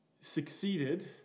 succeeded